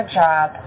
job